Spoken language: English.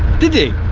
did he?